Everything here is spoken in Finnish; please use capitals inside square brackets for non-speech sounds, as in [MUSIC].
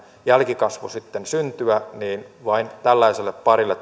jälkikasvu sitten syntyä niin vain tällaiselle parille [UNINTELLIGIBLE]